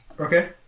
Okay